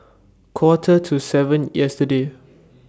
Quarter to seven yesterday